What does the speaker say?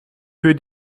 für